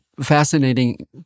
fascinating